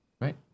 Right